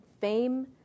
fame